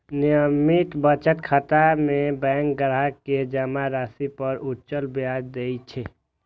नियमित बचत खाता मे बैंक ग्राहक कें जमा राशि पर उच्च ब्याज दै छै